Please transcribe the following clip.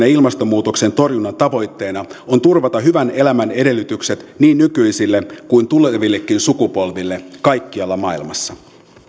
ja ilmastonmuutoksen torjunnan tavoitteena on turvata hyvän elämän edellytykset niin nykyisille kuin tulevillekin sukupolville kaikkialla maailmassa